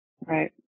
right